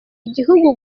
igihugu